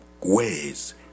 ways